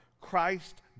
Christ